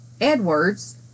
Edwards